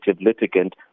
litigant